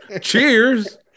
Cheers